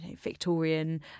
Victorian